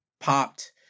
popped